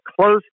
close